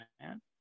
man